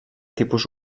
tipus